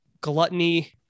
gluttony